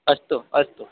अस्तु अस्तु